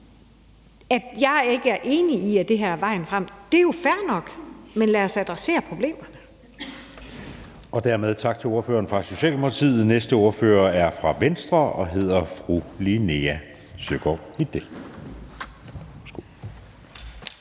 At jeg ikke er enig i, at det her er vejen frem, er jo fair nok, men lad os adressere problemerne. Kl. 20:00 Anden næstformand (Jeppe Søe): Dermed tak til ordføreren fra Socialdemokratiet. Næste ordfører er fra Venstre og hedder fru Linea Søgaard-Lidell.